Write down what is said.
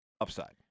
upside